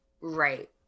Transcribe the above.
Right